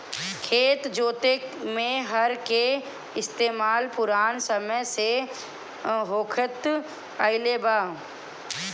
खेत जोते में हर के इस्तेमाल पुरान समय से होखत आइल बा